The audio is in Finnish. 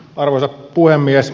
arvoisa puhemies